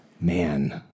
Man